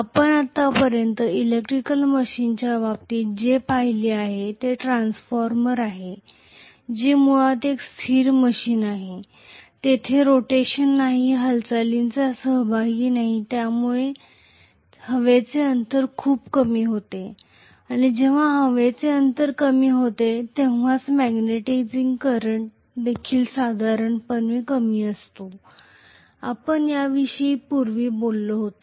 आपण आतापर्यंत इलेक्ट्रिकल मशीनच्या बाबतीत जे पाहिले आहे ते ट्रान्सफॉर्मर आहे जे मुळात एक स्थिर मशीन आहे तेथे रोटेशन नाही हालचालींचा सहभाग नाही आणि यामुळेच हवेचे अंतर खूप कमी होते आणि जेव्हा हवेचे अंतर कमी होते तेव्हाच मॅग्नेटिझिंग करंट देखील साधारणपणे कमी असतो आपण याविषयी पूर्वी बोलत होतो